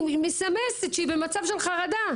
היא מסמסת שהיא במצב של חרדה,